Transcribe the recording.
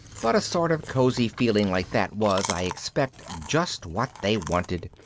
but a sort of cosy feeling like that was, i expect, just what they wanted,